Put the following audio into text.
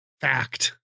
fact